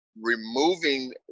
removing